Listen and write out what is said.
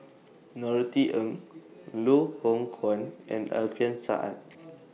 Norothy Ng Loh Hoong Kwan and Alfian Sa'at